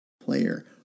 player